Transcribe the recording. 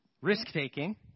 Risk-taking